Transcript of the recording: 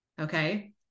Okay